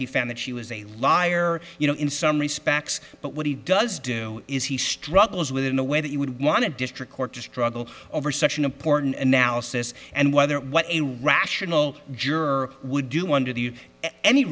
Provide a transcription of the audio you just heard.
he found that she was a liar you know in some respects but what he does do is he struggles with in the way that you would want a district court to struggle over such an important analysis and whether what a rational juror would do under the any